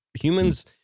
Humans